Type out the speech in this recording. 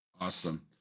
Awesome